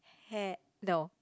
hello